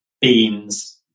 beans